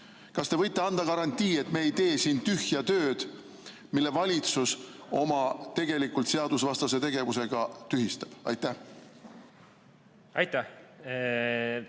Kas te võite anda garantii, et me ei tee siin tühja tööd, mille valitsus oma tegelikult seadusvastase tegevusega tühistab? Aitäh, härra